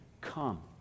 Come